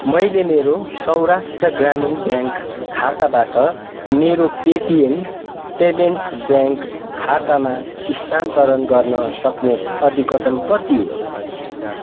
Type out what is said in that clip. मैले मेरो सौराष्ट्र ग्रामीण ब्याङ्क खाताबाट मेरो पेटिएम पेमेन्ट्स ब्याङ्क खातामा स्थानान्तरण गर्न सक्ने अधिकतम कति हो